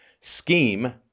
Scheme